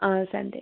അ Sunday